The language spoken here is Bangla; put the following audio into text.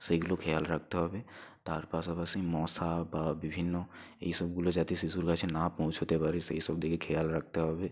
সেগুলো খেয়াল রাখতে হবে তার পাশাপাশি মশা বা বিভিন্ন এই সবগুলো যাতে শিশুর কাছে না পৌঁছাতে পারে সেই সব দিকে খেয়াল রাখতে হবে